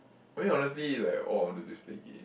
I mean honestly like all I wanna do is play game